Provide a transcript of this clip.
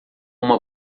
uma